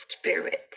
Spirit